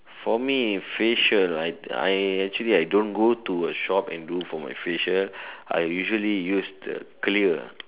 for me facial I I actually I don't go to a shop and do for my facial I usually use the Clear